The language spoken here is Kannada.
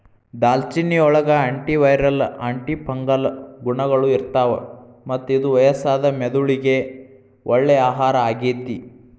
ದಾಲ್ಚಿನ್ನಿಯೊಳಗ ಆಂಟಿವೈರಲ್, ಆಂಟಿಫಂಗಲ್ ಗುಣಗಳು ಇರ್ತಾವ, ಮತ್ತ ಇದು ವಯಸ್ಸಾದ ಮೆದುಳಿಗೆ ಒಳ್ಳೆ ಆಹಾರ ಆಗೇತಿ